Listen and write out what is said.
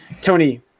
Tony